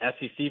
SEC